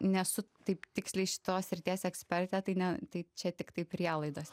nesu taip tiksliai šitos srities ekspertė tai ne tai čia tiktai prielaidos